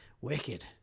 wicked